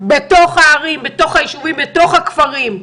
בתוך הערים, בתוך היישובים, בתוך הכפרים.